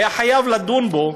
היו חייבים לדון בו,